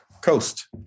coast